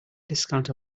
discount